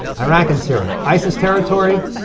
iraq and syria. isis territory,